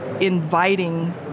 inviting